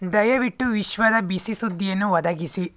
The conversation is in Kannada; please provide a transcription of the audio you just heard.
ದಯವಿಟ್ಟು ವಿಶ್ವದ ಬಿಸಿ ಸುದ್ದಿಯನ್ನು ಒದಗಿಸಿ